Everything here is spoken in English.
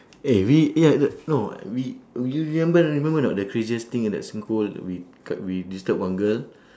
eh we eh eh no we we you remember remember or not the craziest thing in that singpost we c~ disturb one girl